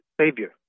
Savior